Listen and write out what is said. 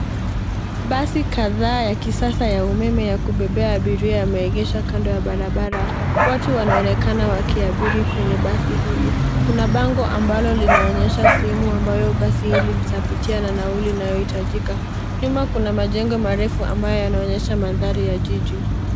Basi kadhaa ya kisasa ya umeme ya kubebea abiria yameegesha kando ya barabara. Watu wanaonekana wakiabiri kwenye basi hili. Kuna bango ambalo linaonyesha simu ambayo basi hili litapitia na nauli inayohitajika .Nyuma kuna majengo marefu ambayo yanaonyesha mandhari ya jiji.